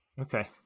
Okay